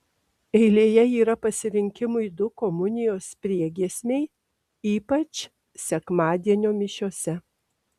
eilėje yra pasirinkimui du komunijos priegiesmiai ypač sekmadienio mišiose